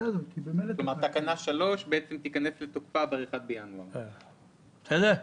כלומר תקנה 3 תיכנס לתוקפה ב-1 בינואר 2022. בסדר?